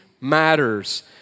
matters